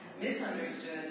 misunderstood